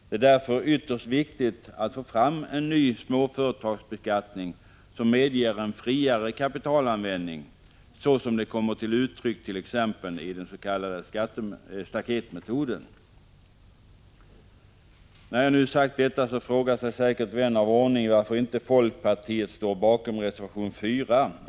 Det är därför ytterst viktigt att få fram en ny småföretagsbeskattning som När jag nu sagt detta frågar sig säkert vän av ordning varför inte folkpartiet står bakom reservation 4.